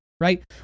right